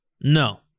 No